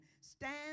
Stand